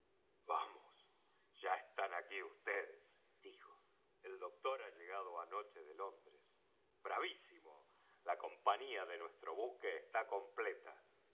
vamos ya están aquí vds dijo el doctor ha llegado anoche de londres bravísimo la compañía de nuestro buque está completa